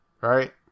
right